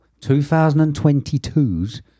2022's